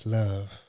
love